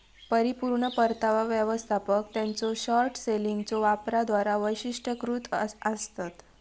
परिपूर्ण परतावा व्यवस्थापक त्यांच्यो शॉर्ट सेलिंगच्यो वापराद्वारा वैशिष्ट्यीकृत आसतत